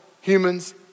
humans